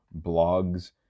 blogs